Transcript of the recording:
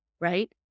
right